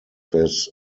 his